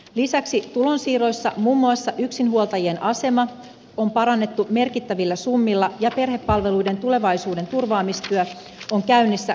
lisäksi tulonsiirroissa on parannettu muun muassa yksinhuoltajien asemaa merkittävillä summilla ja perhepalveluiden tulevaisuuden turvaamistyö on käynnissä kuntauudistuksen tiimoilta